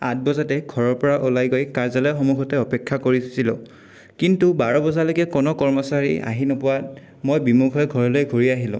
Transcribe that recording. আঠ বজাতে ঘৰৰ পৰা ওলাই গৈ কাৰ্যালয় সন্মুখতে অপেক্ষা কৰিছিলোঁ কিন্তু বাৰ বজালৈকে কোনো কৰ্মচাৰী আহি নোপোৱাত মই বিমুখ হৈ ঘৰলৈ ঘূৰি আহিলোঁ